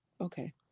Okay